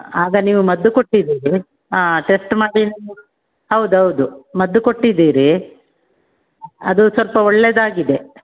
ಆಗ ನೀವು ಮದ್ದು ಕೊಟ್ಟಿದ್ದೀರಿ ಟೆಸ್ಟ್ ಹೌದು ಹೌದು ಮದ್ದು ಕೊಟ್ಟಿದ್ದೀರಿ ಅದು ಸ್ವಲ್ಪ ಒಳ್ಳೆಯದಾಗಿದೆ